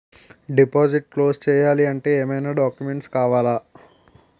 Deposit close చేయాలి అంటే ఏమైనా డాక్యుమెంట్స్ కావాలా?